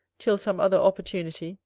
till some other opportunity,